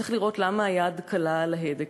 צריך לראות למה היד קלה על ההדק.